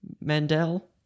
Mandel